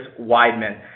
Weidman